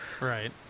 right